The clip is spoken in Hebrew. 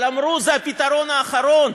אבל אמרו: זה הפתרון האחרון.